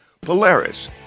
Polaris